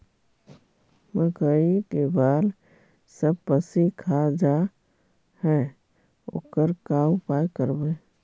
मकइ के बाल सब पशी खा जा है ओकर का उपाय करबै?